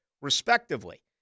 respectively